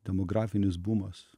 demografinis bumas